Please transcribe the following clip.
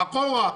אחורה,